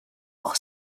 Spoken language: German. auch